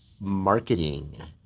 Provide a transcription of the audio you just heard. marketing